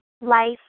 life